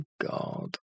God